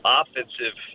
offensive